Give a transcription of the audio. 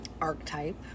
archetype